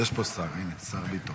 הינה, השר ביטון.